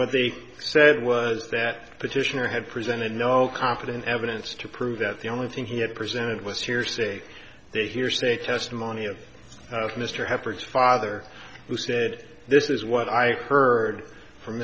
what they said was that petitioner had presented no confident evidence to prove that the only thing he had presented was hearsay they hearsay testimony of mr have heard father who said this is what i heard from